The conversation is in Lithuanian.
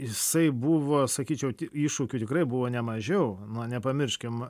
jisai buvo sakyčiau iššūkių tikrai buvo nemažiau na nepamirškim